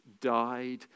died